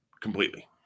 completely